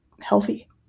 healthy